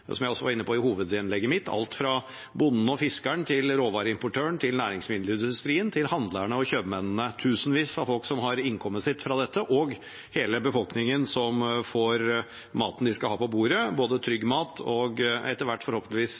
Som jeg var inne på i hovedinnlegget mitt: Det handler om alt fra bonden og fiskeren til råvareimportøren, til næringsmiddelindustrien, til handlerne og kjøpmennene – tusenvis av folk som har innkommet sitt fra dette, og hele befolkningen som får maten de skal ha på bordet, både trygg mat og etter hvert forhåpentligvis